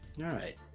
all right